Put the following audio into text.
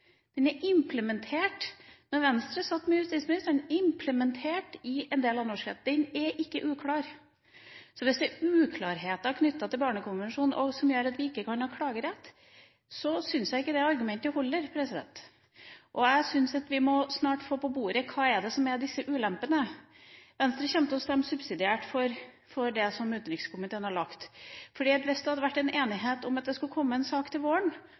Den er en del av norsk rett, den ble implementert da Venstre satt med justisministeren, som en del av norsk rett. Den er ikke uklar. Så hvis det er uklarheter knyttet til Barnekonvensjonen som gjør at vi ikke kan ha klagerett, syns jeg ikke det argumentet holder. Jeg syns vi snart må få på bordet hvilke ulemper dette er. Venstre kommer til å stemme subsidiært for det som utenrikskomiteen har lagt fram. Hvis det hadde vært enighet om at det skulle komme en sak til våren